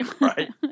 right